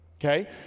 Okay